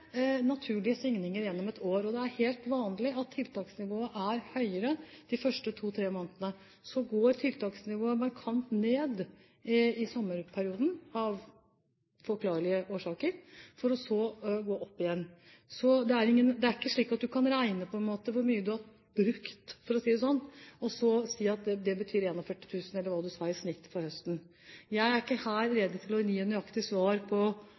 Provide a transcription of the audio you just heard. er helt vanlig at tiltaksnivået er høyere de første to–tre månedene. Så går tiltaksnivået markant ned i sommerperioden – av forklarlige årsaker – for så å gå opp igjen. Det er ikke slik at man kan regne ut hvor mye man har brukt, for å si det sånn, og så si at det betyr 41 000, eller hva det var interpellanten sa, i snitt for høsten. Jeg er ikke her rede til å gi et nøyaktig svar på